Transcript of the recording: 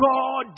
God